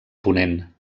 ponent